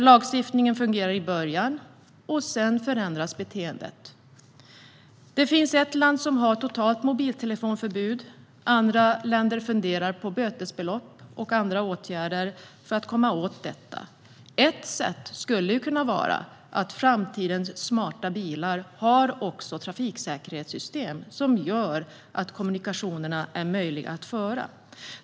Lagstiftningen fungerar i början, och sedan förändras beteendet. Det finns ett land som har totalt mobiltelefonförbud. I andra länder funderar man på bötesbelopp och andra åtgärder. Ett sätt kan vara att framtidens smarta bilar utrustas med trafiksäkerhetssystem som gör det möjligt att kommunicera.